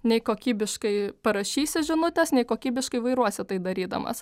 nei kokybiškai parašysi žinutės nei kokybiškai vairuosi tai darydamas